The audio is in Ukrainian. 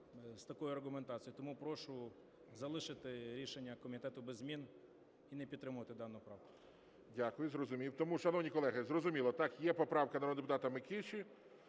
з такою аргументацією. Тому прошу залишити рішення комітету без змін і не підтримувати дану правку. ГОЛОВУЮЧИЙ. Дякую. Зрозумів. Тому, шановні колеги, зрозуміло, так, є поправка народного депутата Микиші,